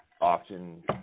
often